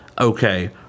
Okay